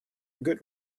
good